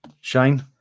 Shane